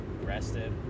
rested